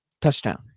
touchdown